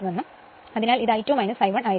അതിനാൽ ഇത് I2 I1 ആയിരിക്കും